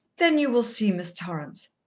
then you will see miss torrance.